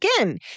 again